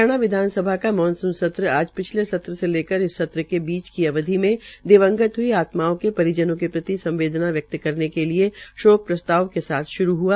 हरियाणा विधानसभा का मानसून सत्र आज पिछले से लेकर इस सत्र के बीच की अवधि में दिवंगत हई आत्माओं के परिजनों के प्रति संवदेना व्यक्त करने के लिए शोक प्रस्ताव के साथ श्रू हआ